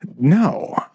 No